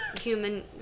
human